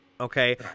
Okay